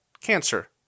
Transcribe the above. cancer